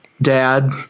Dad